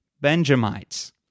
Benjamites